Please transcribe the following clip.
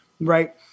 right